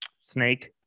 Snake